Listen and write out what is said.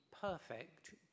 perfect